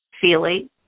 feeling